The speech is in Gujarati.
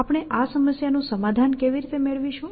આપણે આ સમસ્યા નું સમાધાન કેવી રીતે મેળવીશું